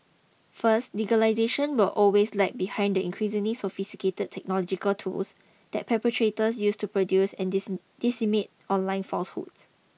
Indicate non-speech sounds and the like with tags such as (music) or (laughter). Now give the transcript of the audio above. first legislation will always lag behind the increasingly sophisticated technological tools that perpetrators use to produce and disseminate (unintelligible) online falsehoods